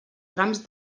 trams